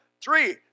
Three